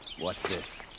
what's this?